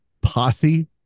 posse